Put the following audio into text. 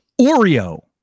oreo